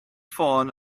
ffôn